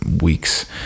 weeks